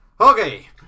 Okay